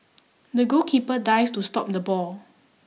the goalkeeper dived to stop the ball